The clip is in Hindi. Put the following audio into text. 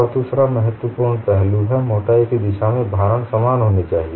और दूसरा महत्वपूर्ण पहलू है मोटाई की दिशा में भारण समान होनी चाहिए